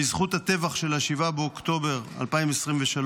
בזכות הטבח של 7 באוקטובר 2023,